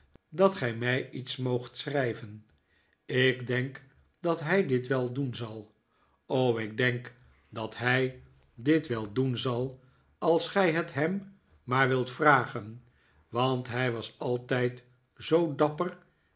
dat gij mij iets moogt schrijven ik denk dat hij dit wel doen zal o ik denk dat hij dit wel doen zal als gij het hem maar wilt vragen want hij was altijd zoo dapper